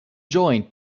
join